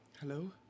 Hello